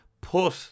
Put